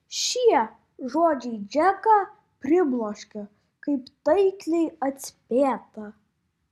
šie žodžiai džeką pribloškė kaip taikliai atspėta